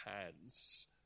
hands